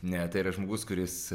ne tai yra žmogus kuris